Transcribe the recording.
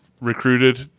recruited